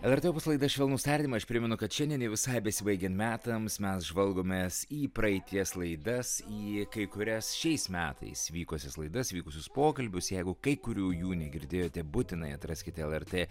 lrt opus laida švelnūs tardymai aš primenu kad šiandien jau visai besibaigian metams mes žvalgomės į praeities laidas į kai kurias šiais metais vykusias laidas vykusius pokalbius jeigu kai kurių jų negirdėjote būtinai atraskite lrt